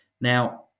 now